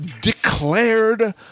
declared